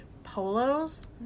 polos